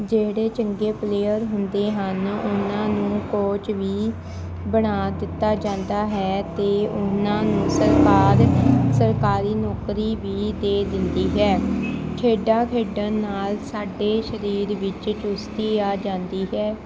ਜਿਹੜੇ ਚੰਗੇ ਪਲੇਅਰ ਹੁੰਦੇ ਹਨ ਉਹਨਾਂ ਨੂੰ ਕੋਚ ਵੀ ਬਣਾ ਦਿੱਤਾ ਜਾਂਦਾ ਹੈ ਅਤੇ ਉਹਨਾਂ ਨੂੰ ਸਰਕਾਰ ਸਰਕਾਰੀ ਨੌਕਰੀ ਵੀ ਦੇ ਦਿੰਦੀ ਹੈ ਖੇਡਾਂ ਖੇਡਣ ਨਾਲ ਸਾਡੇ ਸਰੀਰ ਵਿੱਚ ਚੁਸਤੀ ਆ ਜਾਂਦੀ ਹੈ